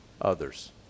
others